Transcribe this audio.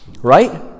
Right